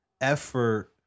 effort